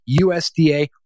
USDA